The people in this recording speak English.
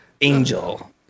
Angel